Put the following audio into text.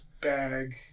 bag